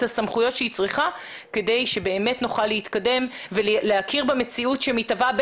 הסמכויות שהיא צריכה כדי שבאמת נוכל להתקדם ולהכיר במציאות שמתהווה,